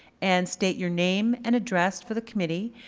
and state your name and address for the committee.